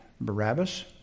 Barabbas